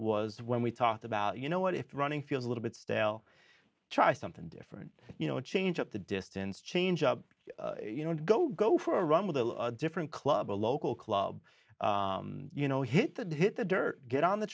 was when we talked about you know what if running feels a little bit stale try something different you know change up the distance change you know and go go for a run with a different club or a local club you know hit the hit the dirt get on the